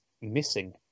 missing